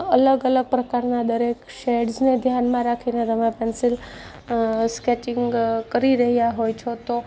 અલગ અલગ પ્રકારના દરેક શેડ્સને ધ્યાનમાં રાખીને તમે પેન્સિલ સ્કેચિંગ કરી રહ્યા હોય છો તો